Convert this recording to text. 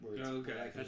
Okay